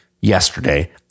yesterday